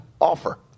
offer